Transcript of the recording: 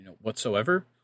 whatsoever